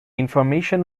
information